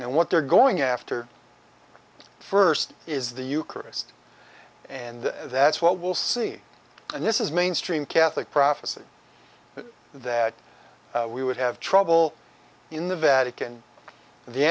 and what they're going after first is the eucharist and that's what we'll see and this is mainstream catholic prophecy that we would have trouble in the vatican the